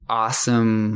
awesome